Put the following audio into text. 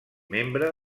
membre